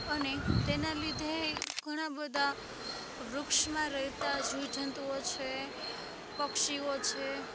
અને તેના લીધે ઘણા બધા વૃક્ષમાં રહેતા જીવજંતુઓ છે પક્ષીઓ છે